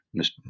Mr